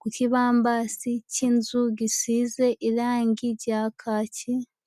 ku kibambasi cy'inzu gisize irangi rya kaki.